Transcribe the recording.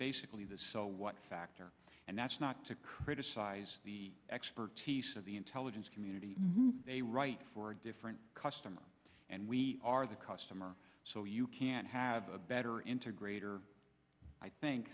basically the so what factor and that's not to criticize the expertise of the intelligence community they write for a different customer and we are the customer so you can't have a better integrator i think